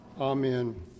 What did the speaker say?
Amen